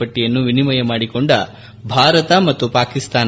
ಪಟ್ಟಿಯನ್ನು ವಿನಿಮಯ ಮಾಡಿಕೊಂಡ ಭಾರತ ಮತ್ತು ಪಾಕಿಸ್ತಾನ